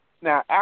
Now